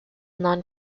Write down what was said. non